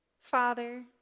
Father